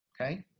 okay